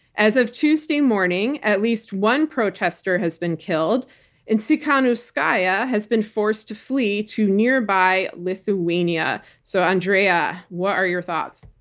as of tuesday morning, at least one protestor has been killed and tikhanovskaya has been forced to flee to nearby lithuania. so, andrea, what are your thoughts?